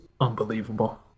unbelievable